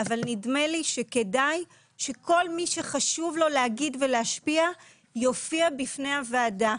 אבל נדמה לי שכדאי שכל מי שחשוב לו להגיד ולהשפיע יופיע בפני הוועדה.